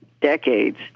decades